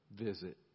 visit